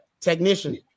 technician